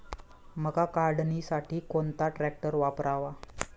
मका काढणीसाठी कोणता ट्रॅक्टर वापरावा?